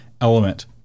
element